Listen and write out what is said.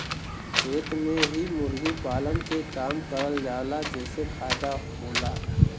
खेत में ही मुर्गी पालन के काम करल जाला जेसे फायदा होला